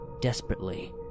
Desperately